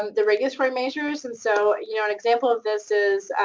um the regulatory measures, and so, you know, an example of this is,